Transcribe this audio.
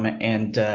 um and and